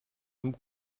amb